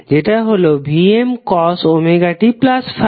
যেটা হলো Vmωt∅